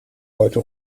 heute